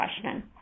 question